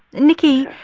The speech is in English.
nikki,